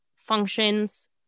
functions